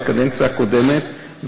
בקדנציה הקודמת,